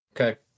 okay